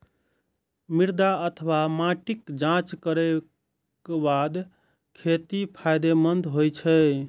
मृदा अथवा माटिक जांच करैक बाद खेती फायदेमंद होइ छै